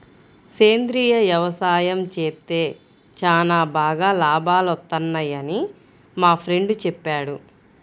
సేంద్రియ యవసాయం చేత్తే చానా బాగా లాభాలొత్తన్నయ్యని మా ఫ్రెండు చెప్పాడు